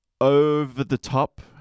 over-the-top